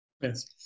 Yes